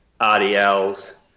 RDLs